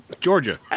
Georgia